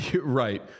right